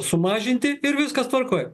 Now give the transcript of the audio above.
sumažinti ir viskas tvarkoje